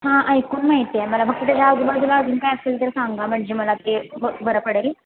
हां ऐकून माहिती आहे मला फक्त आजूबाजूला अजून काय असेल तर सांगा म्हणजे मला ते बरं पडेल